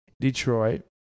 Detroit